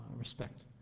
respect